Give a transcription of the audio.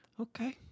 okay